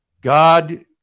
god